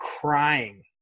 crying